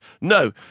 No